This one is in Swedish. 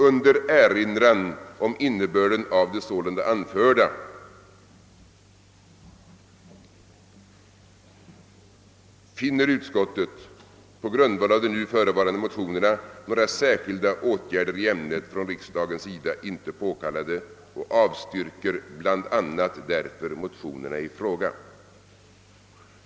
Under erinran om innebörden av det sålunda anförda finner utskottet på grundval av de nu förevarande mo 4tionerna några särskilda åtgärder i ämnet från riksdagens sida inte påkallade och avstyrker bl.a. därför motionerna i fråga.